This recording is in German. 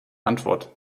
antwort